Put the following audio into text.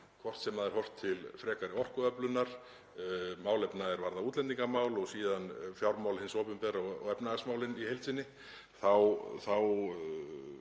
hvort sem horft er til frekari orkuöflunar, málefna er varða útlendingamál eða fjármála hins opinbera og efnahagsmálanna í heild sinni, þá